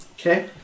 Okay